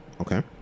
Okay